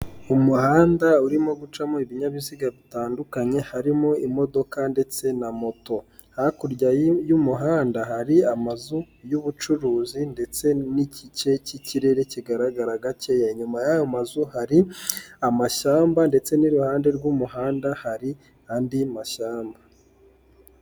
Umuhanda urimo gucamo ibinyabiziga bitandukanye harimo imodoka ndetse na moto, hakurya y'umuhanda hari amazu y'ubucuruzi ndetse n'igice cy'ikirere kigaragara gake, inyuma y'ayo mazu hari amashyamba ndetse n'iruhande rw'umuhanda hari andi mashyamba.